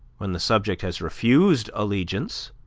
when the subject has refused allegiance,